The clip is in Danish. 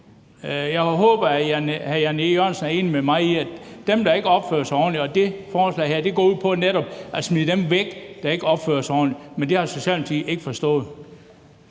Jeg håber, at hr. Jan E. Jørgensen er enig med mig i, at det drejer sig om dem, der ikke opfører sig ordentligt, og at det her forslag netop går ud på at smide dem væk, der ikke opfører sig ordentligt. Men det har Socialdemokratiet ikke forstået.